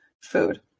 food